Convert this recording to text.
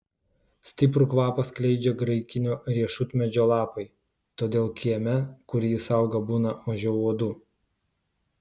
stiprų kvapą skleidžia graikinio riešutmedžio lapai todėl kieme kur jis auga būna mažiau uodų